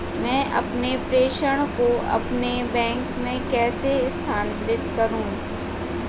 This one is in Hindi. मैं अपने प्रेषण को अपने बैंक में कैसे स्थानांतरित करूँ?